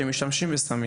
שמשתמשים בסמים